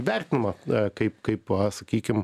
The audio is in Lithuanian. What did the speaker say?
vertinama kaip kaip sakykim